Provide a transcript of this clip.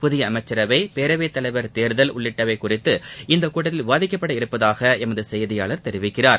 புதிய அமைச்சரவை பேரவைத் தலைவர் தேர்தல் உள்ளிட்டவை குறித்து இக்கூட்டத்தில் விவாதிக்கப்படவுள்ளதாக எமது செய்தியாளர் தெரிவிக்கிறார்